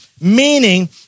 meaning